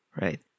right